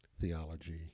theology